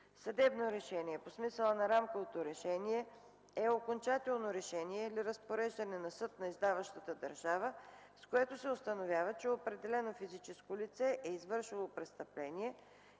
„Съдебно решение“ по смисъла на Рамково решение 2008/947/ПВР е окончателно решение или разпореждане на съд на издаващата държава, с което се установява, че определено физическо лице е извършило престъпление